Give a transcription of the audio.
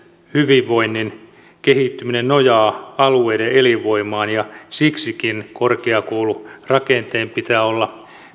hyvinvoinnin kehittyminen nojaa alueiden elinvoimaan ja siksikin korkeakoulurakenteen pitää olla